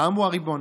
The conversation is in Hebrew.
העם הוא הריבון.